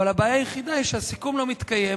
אבל הבעיה היחידה היא שהסיכום לא מתקיים,